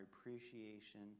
appreciation